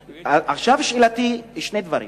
עכשיו שאלתי היא על שני דברים.